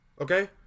Okay